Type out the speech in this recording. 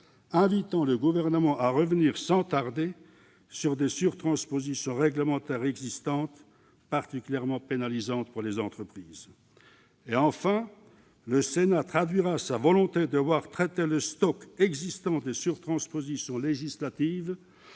invitant le Gouvernement à revenir sans tarder sur des surtranspositions réglementaires existantes particulièrement pénalisantes pour les entreprises. Enfin, le Sénat traduira sa volonté de voir traiter le stock existant de surtranspositions législatives